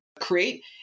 create